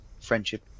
friendship